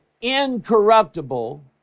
incorruptible